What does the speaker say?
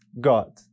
God